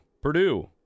Purdue